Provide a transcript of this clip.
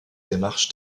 démarche